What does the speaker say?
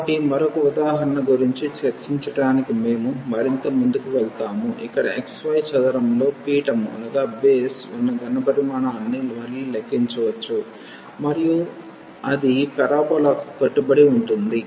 కాబట్టి మరొక ఉదాహరణ గురించి చర్చించడానికి మేము మరింత ముందుకు వెళ్తాము ఇక్కడ xy చదరంలో పీఠము ఉన్న ఘన పరిమాణాన్ని మళ్లీ లెక్కించవచ్చు మరియు అది పారాబొలాకు కట్టుబడి ఉంటుంది